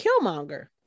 Killmonger